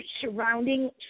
surrounding